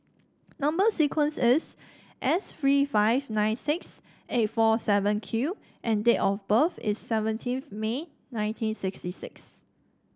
number sequence is S three five nine six eight four seven Q and date of birth is seventeenth May nineteen sixty six